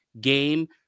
game